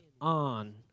on